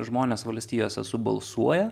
žmonės valstijose subalsuoja